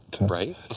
right